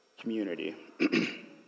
community